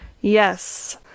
Yes